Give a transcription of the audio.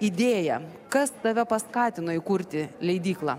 idėja kas tave paskatino įkurti leidyklą